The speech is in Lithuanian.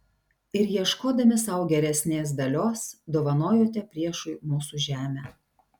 ir ieškodami sau geresnės dalios dovanojote priešui mūsų žemę